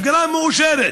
הפגנה מאושרת.